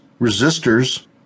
Resistors